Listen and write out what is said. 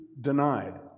denied